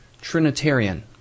Trinitarian